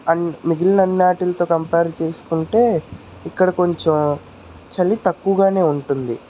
and మిగిలిన అన్నాటిలతో compare చేసుకుంటే ఇక్కడ కొంచెం చలి తక్కువగానే ఉంటుంది